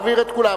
להביא את כולם.